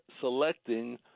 selecting